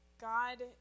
God